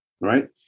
Right